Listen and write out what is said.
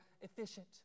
efficient